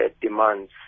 demands